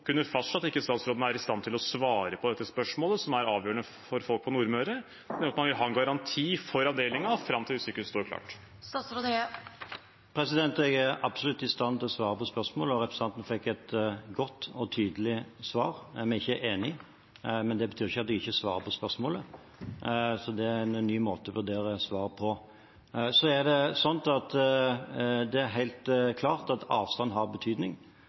kunne fastslå at statsråden ikke er i stand til å svare på dette spørsmålet, som er avgjørende for folk på Nordmøre, nemlig at man vil ha en garanti for avdelingen fram til nytt sykehus står klart. Jeg er absolutt i stand til å svare på spørsmålet, og representanten fikk et godt og tydelig svar. Vi er ikke enige, men det betyr ikke at jeg ikke svarer på spørsmålet. Så det er en ny måte å vurdere et svar på. Det er helt klart at avstand har betydning.